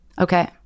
Okay